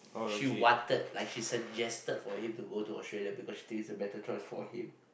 she wanted like she suggested for him to go to Australia because she thinks it's a better choice for him